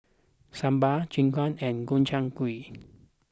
Sambar Japchae and Gobchang Gui